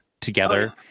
together